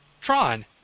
Tron